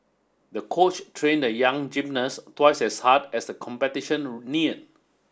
the coach trained the young gymnast twice as hard as the competition near